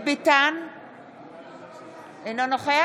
אינו נוכח